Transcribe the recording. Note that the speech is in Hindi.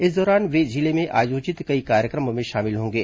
इस दौरान वे जिले में आयोजित कई कार्यक्रमों में शामिल होंगे